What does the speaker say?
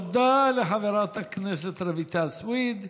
תודה לחברת הכנסת רויטל סויד.